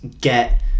get